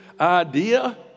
idea